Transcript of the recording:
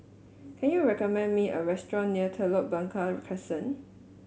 can you recommend me a restaurant near Telok Blangah Crescent